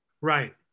Right